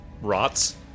rots